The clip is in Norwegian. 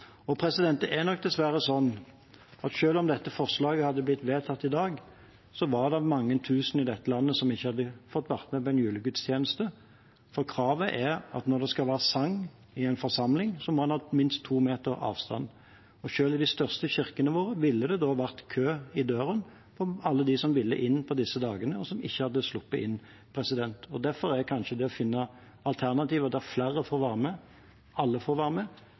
Det er nok dessverre sånn at selv om dette forslaget hadde blitt vedtatt i dag, hadde mange tusen i dette landet ikke fått være med på en julegudstjeneste, for kravet er at når det skal være sang i en forsamling, må en ha minst to meters avstand. Selv i de største kirkene våre ville det vært kø i døren av alle de som ville inn på disse dagene, og som ikke hadde sluppet inn. Derfor er kanskje det å finne alternativer der flere får være med, der alle får